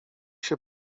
się